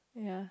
ya